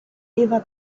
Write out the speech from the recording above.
eva